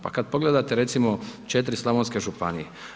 Pa kad pogledate recimo 4 slavonske županije.